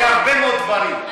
לא היו הרבה מאוד דברים.